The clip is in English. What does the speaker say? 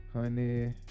Honey